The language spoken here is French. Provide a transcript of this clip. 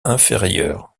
inférieure